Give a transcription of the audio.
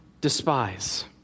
despise